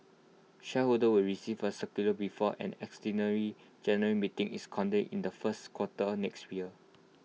shareholders will receive A circular before an extraordinary general meeting is convened in the first quarter next year